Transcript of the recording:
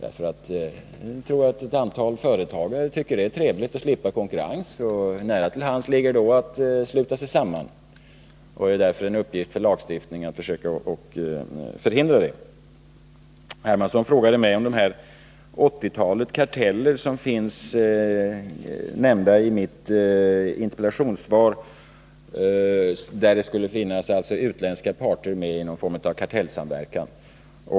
Ett antal företagare tycker säkerligen att det skulle vara trevligt att slippa konkurrens, och nära till hands ligger då att sluta sig samman. Det är en uppgift för lagstiftningen att försöka hindra det. Herr Hermansson frågade mig om det 80-tal karteller som har nämnts i mitt interpellationssvar. Där skulle det alltså finnas utländska parter med i någon form av kartellsamverkan.